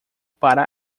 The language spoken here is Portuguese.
para